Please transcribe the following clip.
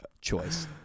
choice